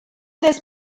dels